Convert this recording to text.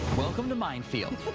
welcome to mind field.